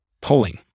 Pulling